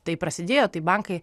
tai prasidėjo tai bankai